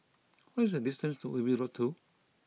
what is the distance to Ubi Road Two